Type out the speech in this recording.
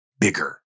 bigger